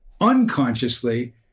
unconsciously